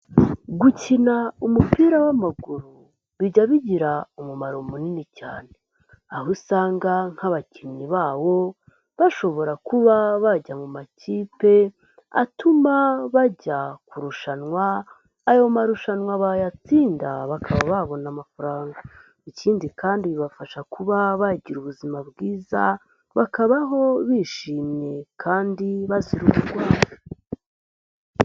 Gukina umupira w'amaguru bijya bigira umumaro munini cyane aho usanga nk'abakinnyi bawo bashobora kuba bajya mu makipe atuma bajya kurushanwa, ayo marushanwa bayatsinda bakaba babona amafaranga. Ikindi kandi bibafasha kuba bagira ubuzima bwiza, bakabaho bishimye kandi bazira uburwayi.